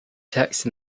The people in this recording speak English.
text